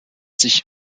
sich